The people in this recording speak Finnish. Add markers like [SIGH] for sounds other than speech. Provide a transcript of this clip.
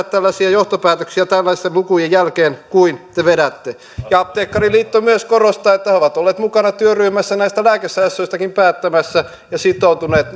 [UNINTELLIGIBLE] tällaisia johtopäätöksiä tällaisten lukujen jälkeen kuin te vedätte apteekkariliitto myös korostaa että he ovat olleet mukana työryhmässä näistä lääkesäästöistäkin päättämässä ja sitoutuneet [UNINTELLIGIBLE]